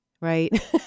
Right